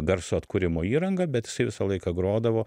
garso atkūrimo įranga bet isai visą laiką grodavo